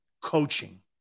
Coaching